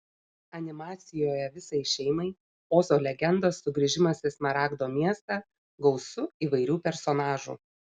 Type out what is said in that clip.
animacijoje visai šeimai ozo legendos sugrįžimas į smaragdo miestą gausu įvairių personažų